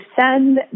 send